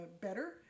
better